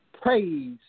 praise